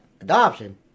Adoption